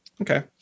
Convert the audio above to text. Okay